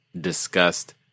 discussed